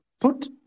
put